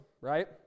right